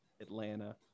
Atlanta